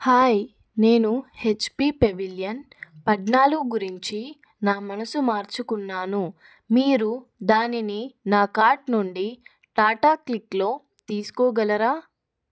hi నేను HP Pavilion పద్నాలుగు గురించి నా మనసు మార్చుకున్నాను మీరు దానిని నా కార్ట్ నుండి టాటా క్లిక్లో తీసుకొగలరా